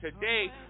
today